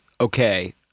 okay